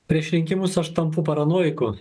prieš rinkimus aš tampu paranojiku